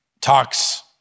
talks